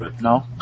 No